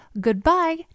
goodbye